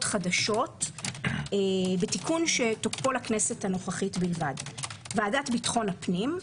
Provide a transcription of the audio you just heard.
חדשות בתיקון שתוקפו לכנסת הנוכחית בלבד ועדת ביטחון הפנים,